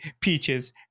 Peaches